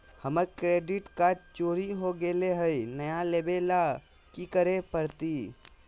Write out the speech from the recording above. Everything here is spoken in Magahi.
हमर डेबिट कार्ड चोरी हो गेले हई, नया लेवे ल की करे पड़तई?